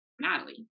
Natalie